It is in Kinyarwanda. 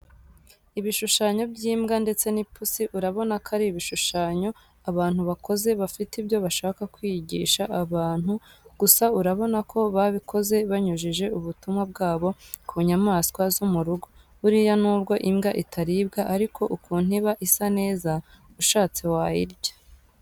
Ibishushanyo by'imbwa ndetse n'ipusi urabona ko ari ibishushanyo abantu bakoze bafite ibyo bashaka kwigisha abanti gusa urabona ko babikoze banyujije ubutumwa bwabo ku nyamaswa zo mu rugo. Buriya nubwo imbwa itaribwa ariko ukuntu iba isa neza ushatse wayirya.